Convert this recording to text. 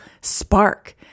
spark